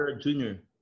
Junior